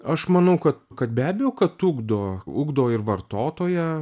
aš manau kad kad be abejo kad ugdo ugdo ir vartotoją